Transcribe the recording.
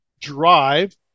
drive